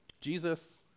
Jesus